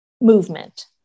movement